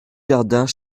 jardins